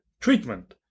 treatment